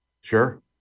Sure